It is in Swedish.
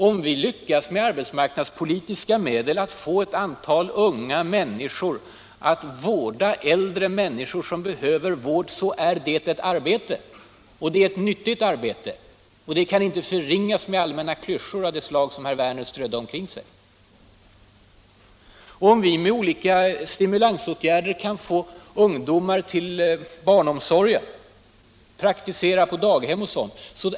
Om vi lyckas att med arbetsmarknadspolitiska medel få ett antal unga människor att vårda äldre människor som behöver vård, då är det ett arbete och det är ett nyttigt arbete. Det kan inte förringas med allmänna klyschor av det slag som herr Werner strödde omkring sig. Om vi med olika stimulansåtgärder kan få ungdomar till barnomsorgen, att praktisera på daghem etc.